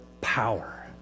power